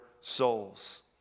souls